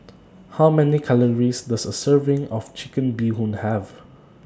How Many Calories Does A Serving of Chicken Bee Hoon Have